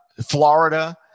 Florida